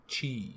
chi